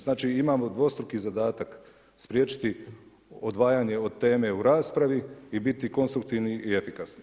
Znači imamo dvostruki zadatak spriječiti odvajanje od teme u raspravi i biti konstruktivni i efikasni.